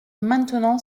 maintenant